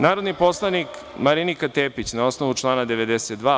Narodni poslanik Marinika Tepić, na osnovu člana 92.